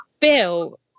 Bill